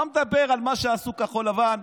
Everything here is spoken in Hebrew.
לא מדבר על מה שעשו כחול לבן,